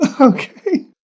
okay